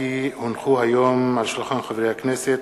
כי הונחו היום על שולחן הכנסת,